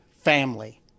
family